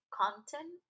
content